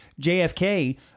JFK